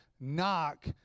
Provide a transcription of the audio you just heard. Knock